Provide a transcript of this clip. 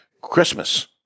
Christmas